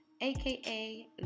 aka